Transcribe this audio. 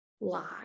lie